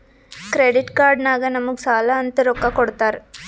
credit card ನಾಗ್ ನಮುಗ್ ಸಾಲ ಅಂತ್ ರೊಕ್ಕಾ ಕೊಡ್ತಾರ್